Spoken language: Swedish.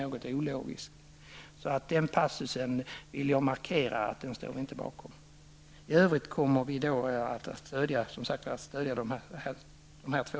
Jag vill markera att vi inte står bakom den passusen. För övrigt stöder vi således reservation nr 1 och 2.